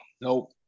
Nope